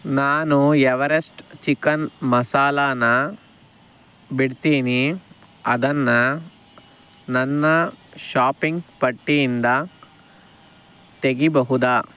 ನಾನು Everest chicken ಮಸಾಲಾನ ಬಿಡ್ತೀನಿ ಅದನ್ನ ನನ್ನ ಶಾಪಿಂಗ್ ಪಟ್ಟಿಯಿಂದ ತೆಗೆಯಬಹುದ